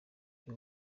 byo